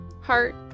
heart